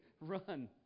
Run